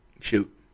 Shoot